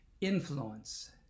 Influence